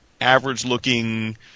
average-looking